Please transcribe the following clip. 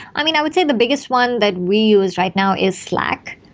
i mean, i would say the biggest one that we use right now is slack.